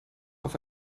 auf